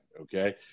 okay